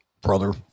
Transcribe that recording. brother